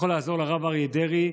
יכולים לעזור לרב אריה דרעי,